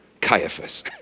Caiaphas